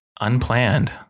Unplanned